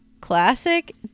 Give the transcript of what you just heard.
Classic